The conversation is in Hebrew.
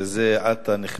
מכובדי השר, שזה עתה נכנס,